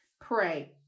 pray